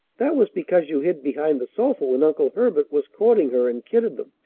that was because you hid behind the sofa when uncle herbert was courting her, and kidded them,